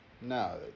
No